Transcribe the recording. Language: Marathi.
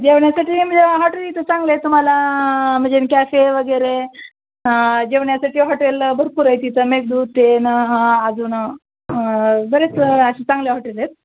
जेवण्यासाठी नाही म्हणजे हॉटेल इथं चांगले आहे तुम्हाला म्हणजे कॅफे वगैरे जेवण्यासाठी हॉटेल भरपूर आहेत तिथं मेघदूत आहे न अजून बरेच असे चांगले हॉटेल आहेत